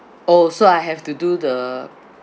oh so I have to do the